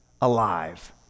alive